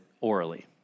orally